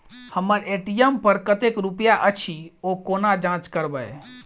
हम्मर ए.टी.एम पर कतेक रुपया अछि, ओ कोना जाँच करबै?